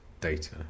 data